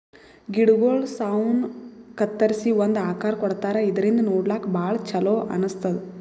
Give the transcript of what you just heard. ಗಿಡಗೊಳ್ ಸೌನ್ ಕತ್ತರಿಸಿ ಒಂದ್ ಆಕಾರ್ ಕೊಡ್ತಾರಾ ಇದರಿಂದ ನೋಡ್ಲಾಕ್ಕ್ ಭಾಳ್ ಛಲೋ ಅನಸ್ತದ್